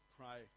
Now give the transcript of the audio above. pray